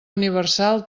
universal